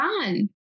on